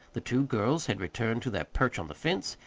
the two girls had returned to their perch on the fence,